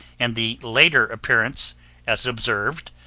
and the later appearance as observed,